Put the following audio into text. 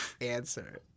answer